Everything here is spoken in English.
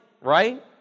right